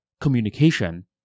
communication